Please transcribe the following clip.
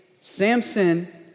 Samson